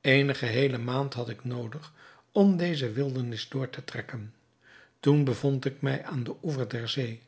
eene geheele maand had ik noodig om deze wildernis door te trekken toen bevond ik mij aan den oever